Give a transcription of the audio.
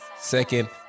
Second